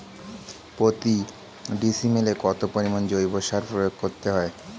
প্রতি ডিসিমেলে কত পরিমাণ জৈব সার প্রয়োগ করতে হয়?